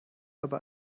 aber